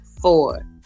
four